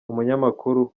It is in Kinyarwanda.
umunyamakuru